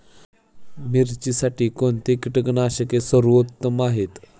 मिरचीसाठी कोणते कीटकनाशके सर्वोत्तम आहे?